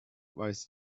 weiß